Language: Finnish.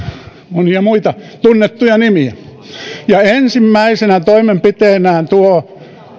monia muita tunnettuja nimiä ja ensimmäisenä toimenpiteenään tuo